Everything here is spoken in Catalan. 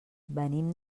venim